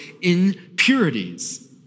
impurities